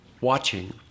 watching